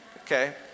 okay